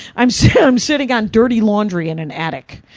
i'm so i'm sitting on dirty laundry in an attic.